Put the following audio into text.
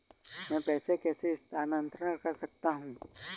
मैं पैसे कैसे स्थानांतरण कर सकता हूँ?